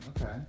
Okay